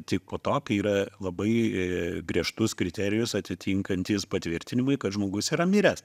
tik po to kai yra labai griežtus kriterijus atitinkantys patvirtinimai kad žmogus yra miręs